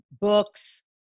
books